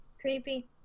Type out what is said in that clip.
Creepy